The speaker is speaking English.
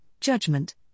judgment